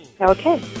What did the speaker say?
Okay